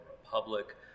Republic